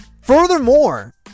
Furthermore